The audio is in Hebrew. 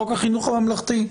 חוק החינוך הממלכתי.